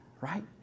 right